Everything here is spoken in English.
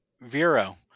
Vero